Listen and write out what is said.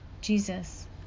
Jesus